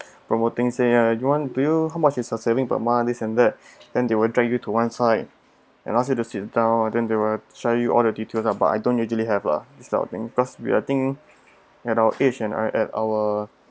promoting say ya ah you one bill how much is your saving per month this and that then they will dragged you to one side and ask you to sit down and then they will show you all the details lah but I don't usually have lah this kind of thing because we I think at our pays at and our